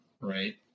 right